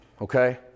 Okay